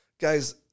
guys